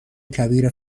کبیر